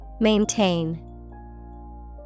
Maintain